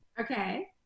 Okay